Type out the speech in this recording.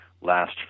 Last